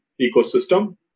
ecosystem